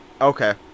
Okay